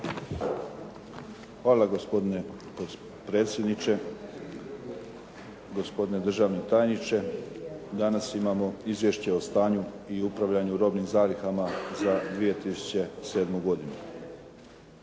Hvala gospodine potpredsjedniče, gospodine državni tajniče. Danas imamo Izvješće o stanju i upravljanju s robnim zalihama za 2007. godinu.